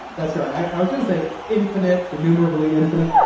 that's right. i was going to say infinite, denumerably infinite.